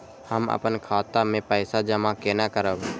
हम अपन खाता मे पैसा जमा केना करब?